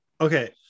Okay